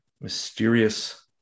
mysterious